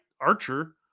Archer